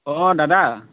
অঁ দাদা